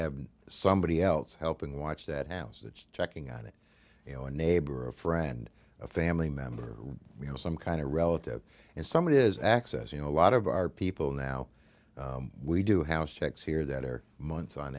have somebody else helping watch that house that's checking on it you know a neighbor a friend a family member we have some kind of a relative and somebody has access you know a lot of our people now we do house checks here that are months on